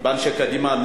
אנשי קדימה,